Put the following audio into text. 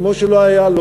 כמו שלא היה לו,